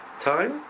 Time